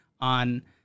on